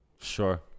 Sure